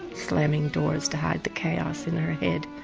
slamming doors to hide the chaos in her head.